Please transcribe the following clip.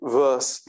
verse